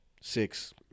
Six